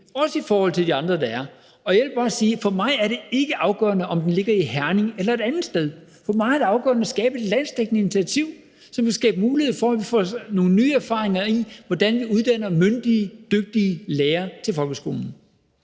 også i forhold til de andre, der er der. Jeg vil bare sige, at for mig er det ikke afgørende, om den ligger i Herning eller et andet sted. For mig er det afgørende at skabe et landsdækkende initiativ, som vil skabe mulighed for, at vi får nogle nye erfaringer ind, med hensyn til hvordan vi uddanner myndige, dygtige lærere til folkeskolen.